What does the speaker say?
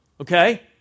okay